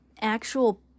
actual